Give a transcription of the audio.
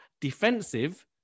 defensive